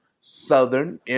Southern